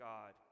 God